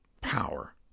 power